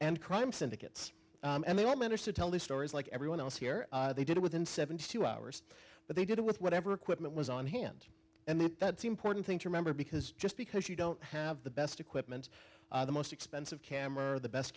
and crime syndicates and they all managed to tell their stories like everyone else here they did it within seventy two hours but they did it with whatever equipment was on hand and that's important thing to remember because just because you don't have the best equipment the most expensive camera or the best